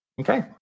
Okay